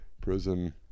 prison